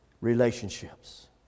relationships